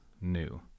new